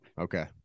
okay